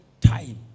time